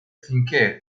finché